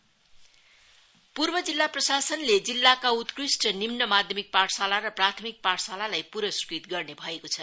school award पूर्व जिल्ला प्रशासनले जिल्लाका उत्कृष्ठ निम्न माध्यमिक पाठशाला र प्राथमिक पाठशालालाई पुरस्कृत गर्ने भएको छ